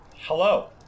Hello